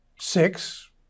six